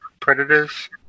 predators